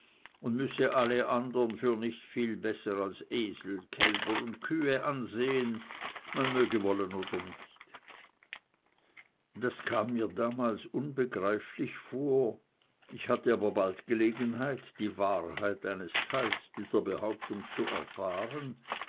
und müsse alle andern für nicht viel besser als esel kälber und kühe ansehen man möge wollen oder nicht das kam mir damals unbegreiflich vor ich hatte aber bald gelegenheit die wahrheit eines teils dieser behauptung zu erfahren